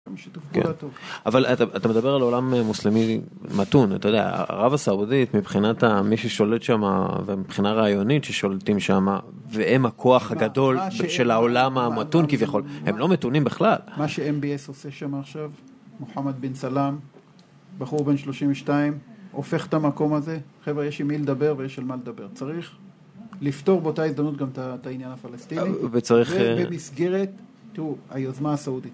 אבל אתה מדבר על עולם מוסלמי מתון, אתה יודע, ערב הסעודית מבחינת מי ששולט שמה ומבחינה רעיונית ששולטים שמה והם הכוח הגדול של העולם המתון כביכול, הם לא מתונים בכלל, מה שMBS עושה שם עכשיו, מוחמד בן סלם, בחור בן 32, הופך את המקום הזה, חבר'ה יש עם מי לדבר ויש על מה לדבר צריך לפתור באותה הזדמנות גם את העניין הפלסטיני ובמסגרת, תראו, היוזמה הסעודית